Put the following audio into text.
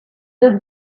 just